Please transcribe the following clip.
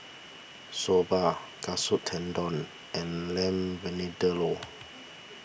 Soba Katsu Tendon and Lamb Vindaloo